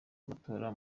matora